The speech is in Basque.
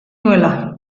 duela